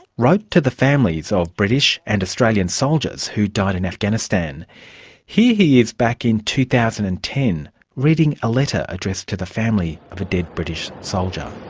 wrote to the families of british and australian soldiers who died in afghanistan. here he is back in two thousand and ten reading a letter addressed to the family of a dead british soldier.